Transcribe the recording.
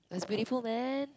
it's beautiful man